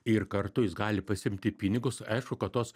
ir kartu jis gali pasiimti pinigus aišku kad tos